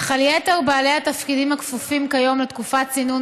אך על יתר בעלי התפקידים הכפופים כיום לתקופת צינון